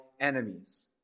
enemies